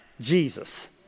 Jesus